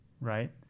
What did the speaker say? right